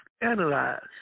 analyze